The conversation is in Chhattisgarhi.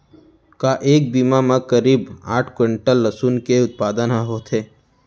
का एक बीघा म करीब आठ क्विंटल लहसुन के उत्पादन ह होथे?